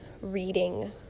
reading